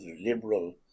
liberal